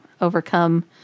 overcome